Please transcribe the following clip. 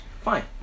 fine